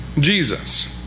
Jesus